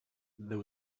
there